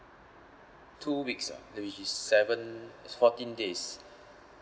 two weeks ah which is seven it's fourteen days